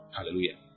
Hallelujah